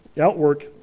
outwork